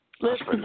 Listen